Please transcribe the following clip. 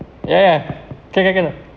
yeah yeah can can can lah